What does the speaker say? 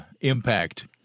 impact